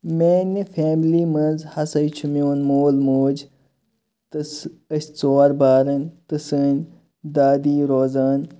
میانہِ فیملی مَنٛز ہَسا چھُ میون مول موج تہٕ سُہ أسۍ ژور بارٕنۍ تہٕ سٲنٛۍ دادی روزان